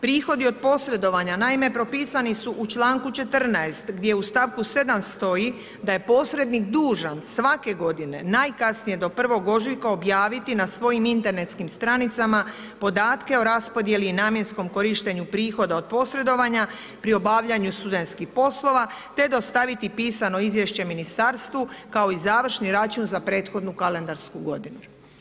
Prihodi od posredovanja, naime, propisani su u čl. 14. gdje u stavku 7. stoji, da je posrednik dužan, svake g. najkasnije do 1. ožujka objaviti na svojim internetskim stranicama, podatke o raspodjeli i namjenskom korištenju prihoda od posredovanja, pri obavljanju studentskih poslova, te dostaviti pisano izvješće ministarstvu, kao i završni račun za prethodnu kalendarsku g.